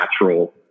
natural